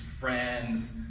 friends